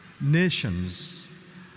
nations